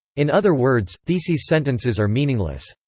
in other words, theses sentences are meaningless.